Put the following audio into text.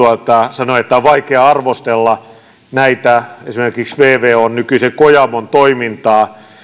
sanoi että on vaikea arvostella esimerkiksi vvon nykyisen kojamon toimintaa